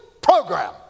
program